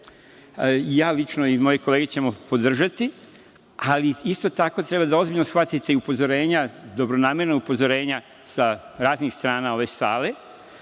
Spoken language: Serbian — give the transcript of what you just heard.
kolege i ja ćemo ovo podržati, ali, isto tako, treba da ozbiljno shvatite i upozorenja, dobronamerna upozorenja sa raznih strana ove sale